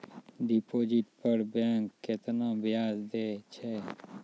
Deposit पर bank केतना ब्याज दै छै?